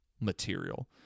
material